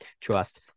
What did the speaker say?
trust